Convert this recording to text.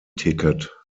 ticket